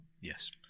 yes